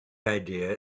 idea